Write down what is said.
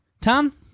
Tom